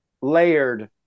layered